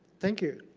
thank you.